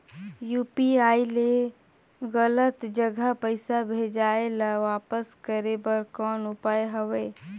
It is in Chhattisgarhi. यू.पी.आई ले गलत जगह पईसा भेजाय ल वापस करे बर कौन उपाय हवय?